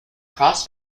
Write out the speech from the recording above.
cross